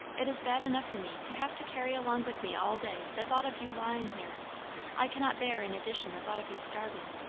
it is bad enough for me to have to carry along with me all day the thought of you lying here i cannot bear in addition the thought of you starving.